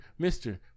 Mr